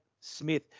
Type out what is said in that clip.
Smith